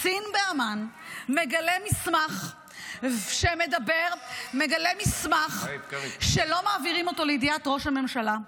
קצין באמ"ן מגלה מסמך שלא מעבירים אותו לידיעת ראש הממשלה.